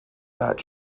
that